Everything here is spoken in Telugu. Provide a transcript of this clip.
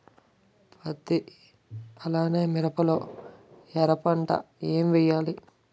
పత్తి అలానే మిరప లో ఎర పంట ఏం వేయాలి?